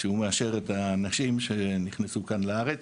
שהוא מאשר את האנשים שנכנסו כאן לארץ,